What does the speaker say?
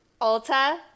Ulta